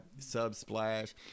Subsplash